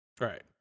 Right